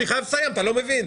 אני חייב לסיים אתה לא מבין?